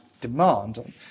demand